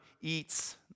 eats